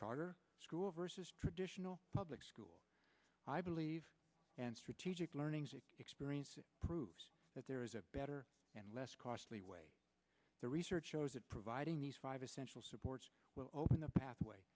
charter school versus traditional public school i believe and strategic learning experience proves that there is a better and less costly way the research shows that providing these five essential supports open the pathway